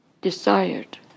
desired